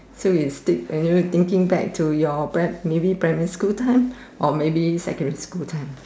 so it will stick and you will thinking back to your pri~ maybe primary school time or maybe secondary school time